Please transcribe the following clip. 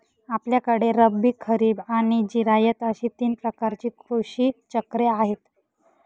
आपल्याकडे रब्बी, खरीब आणि जिरायत अशी तीन प्रकारची कृषी चक्रे आहेत